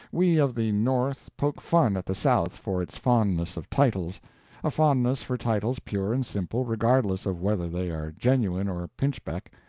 we of the north poke fun at the south for its fondness of titles a fondness for titles pure and simple, regardless of whether they are genuine or pinchbeck.